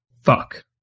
fuck